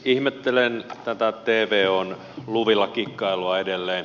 ihmettelen tätä tvon luvilla kikkailua edelleen